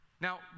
Now